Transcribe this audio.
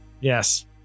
Yes